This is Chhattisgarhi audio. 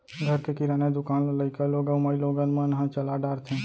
घर के किराना दुकान ल लइका लोग अउ माइलोगन मन ह चला डारथें